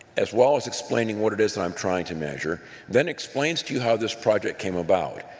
as well as explaining what it is and i'm trying to measure then explains to you how this project came about.